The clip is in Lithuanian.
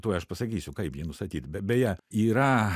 tuoj aš pasakysiu kaip jį nustatyt be beje yra